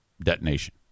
detonation